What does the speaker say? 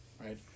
Right